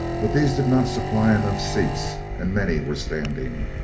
but these did not supply enough seats and many were standing.